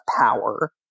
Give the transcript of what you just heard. power